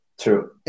true